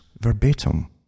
verbatim